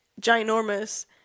ginormous